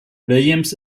williams